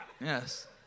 Yes